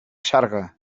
sarga